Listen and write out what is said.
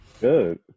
Good